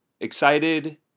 excited